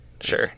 sure